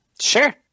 Sure